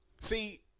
See